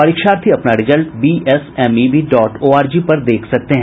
परीक्षार्थी अपना result BSMEB dot ORG पर देख सकते हैं